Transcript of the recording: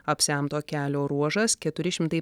apsemto kelio ruožas keturi šimtai